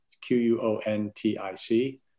Q-U-O-N-T-I-C